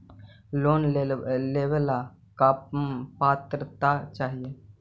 Loan लेवेला का पात्रता चाही?